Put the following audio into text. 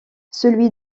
celui